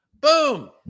Boom